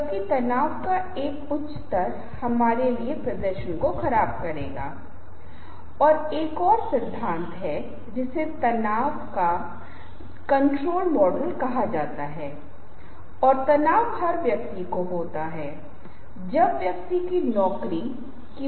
लेकिन इस समय कोई व्यक्ति पहली बार प्रस्तुति दे रहा है और एक दर्शक से जो उसके लिए अनजान है आप पाते हैं कि लोग उस व्यक्ति का मूल्यांकन करना शुरू कर देते हैं बस उसी के आधार पर वह कैसा दिखता है या वह कैसी दिखती है